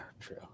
true